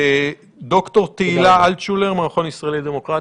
ד"ר תהילה אלטשולר, מהמכון הישראלי לדמוקרטיה.